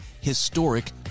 historic